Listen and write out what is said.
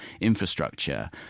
infrastructure